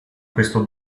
questo